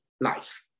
life